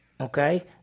Okay